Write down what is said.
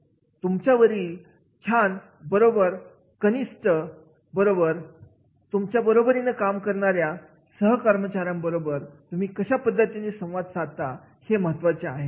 तुमच्यावरील छान बरोबर कनिष्ठ बरोबर तुमच्या बरोबरीने काम करणाऱ्या सहा कामगारांबरोबर तुम्ही कशा पद्धतीने संवाद साधता हे महत्त्वाच आहे